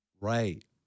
Right